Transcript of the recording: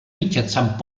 mitjançant